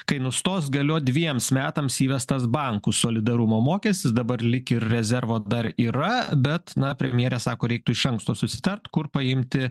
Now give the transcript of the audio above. kai nustos galiot dviems metams įvestas bankų solidarumo mokestis dabar lyg ir rezervo dar yra bet na premjerė sako reiktų iš anksto susitart kur paimti